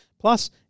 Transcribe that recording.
Plus